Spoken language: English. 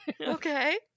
Okay